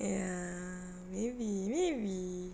ya maybe maybe